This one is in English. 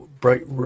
bright